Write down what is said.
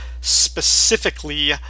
specifically